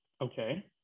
okay